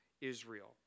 Israel